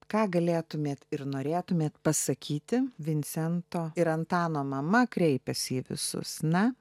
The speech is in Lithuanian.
ką galėtumėt ir norėtumėt pasakyti vincento ir antano mama kreipiasi į visus na